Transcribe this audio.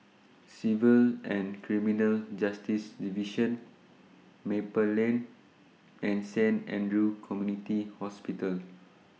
Civil and Criminal Justice Division Maple Lane and Saint Andrew's Community Hospital